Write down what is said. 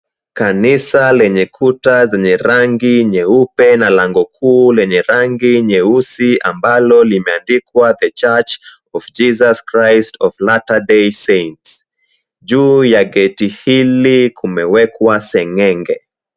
Kanisa lenye kuta zenye rangi nyeupe, na lango kuu lenye rangi nyeusi. Ambalo limeandikwa, The Church of Jesus Christ of Latter Day Saints. Juu ya geti hili, kumewekwa seng'enge.